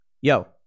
Yo